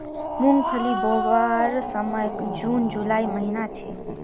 मूंगफली बोवार समय जून जुलाईर महिना छे